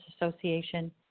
Association